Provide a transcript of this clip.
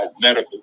medical